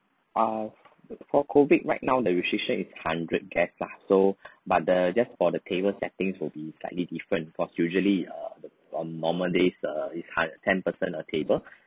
ah for COVID right now the restriction is hundred guests lah so but the just for the table settings will be slightly different for usually uh on normal days uh is hun~ ten person a table